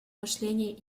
мышления